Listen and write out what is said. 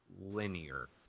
linear